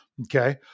okay